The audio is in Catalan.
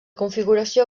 configuració